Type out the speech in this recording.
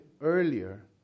earlier